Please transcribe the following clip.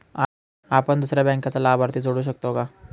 आपण दुसऱ्या बँकेचा लाभार्थी जोडू शकतो का?